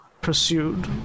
pursued